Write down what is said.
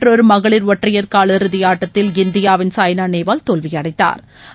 மற்றொரு மகளிர் ஒற்றையர் காலிறுதி ஆட்டத்தில் இந்தியாவின் சாய்னா நேவால் தோல்வியடைந்தாா்